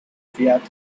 fiat